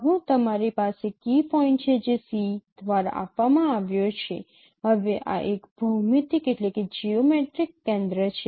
કહો તમારી પાસે કી પોઈન્ટ છે જે c દ્વારા આપવામાં આવ્યો છે હવે આ એક ભૌમિતિક કેન્દ્ર છે